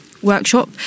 workshop